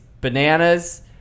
bananas